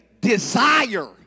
desire